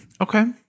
Okay